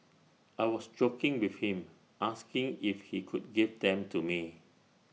I was joking with him asking if he could give them to me